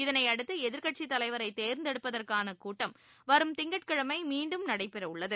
இதனையடுத்துஎதிர்கட்சித் தலைவரைதேர்ந்தெடுப்பதற்கானகூட்டம் வரும் திங்கட்கிழமைமீண்டும் நடைபெறஉள்ளது